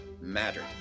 mattered